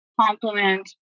compliment